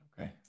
Okay